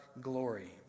glory